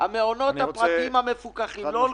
המעונות הפרטיים המפוקחים לא עובדים.